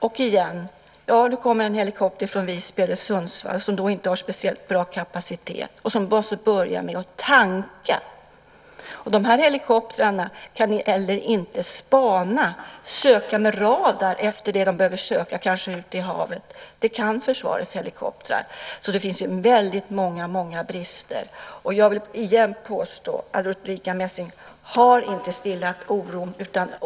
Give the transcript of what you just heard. Och återigen: Ja, det kommer då en helikopter från Visby eller Sundsvall som inte har speciellt bra kapacitet och som måste börja med att tanka. De här helikoptrarna kan heller inte spana eller söka med radar efter det de behöver söka, kanske ute i havet. Det kan försvarets helikoptrar. Det finns alltså väldigt många brister. Jag vill igen påstå att Ulrica Messing inte har stillat oron.